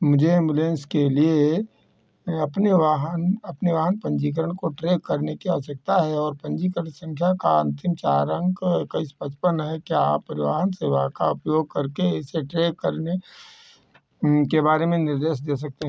मुझे एम्बुलेंस के लिए अपने वाहन अपने वाहन पंजीकरण को ट्रैक करने की आवश्यकता है और पंजीकरण संख्या का अंतिम चार अंक इक्कीस पचपन है क्या आप परिवहन सेवा का उपयोग करके इसे ट्रेक करने के बारे में निर्देश दे सकते हैं